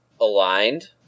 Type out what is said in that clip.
aligned